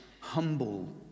humble